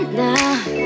now